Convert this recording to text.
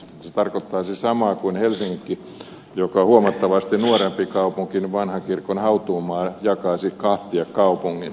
se tarkoittaisi samaa kuin helsingissä joka on huomattavasti nuorempi kaupunki vanhan kirkon hautuumaa jakaisi kaupungin kahtia